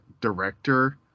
director